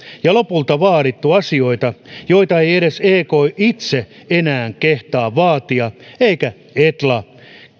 ja lopulta vaadittu asioita joita ei edes ek itse enää kehtaa vaatia eikä etla